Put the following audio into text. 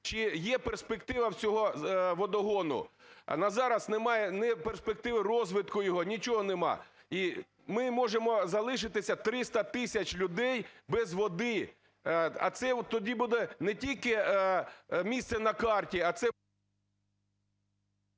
чи є перспектива цього водогону. На зараз немає ні перспективи розвитку його, нічого нема. І ми можемо залишити 300 тисяч людей без води, а це тоді буде не тільки місце на карті, а це…